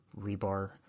rebar